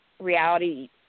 reality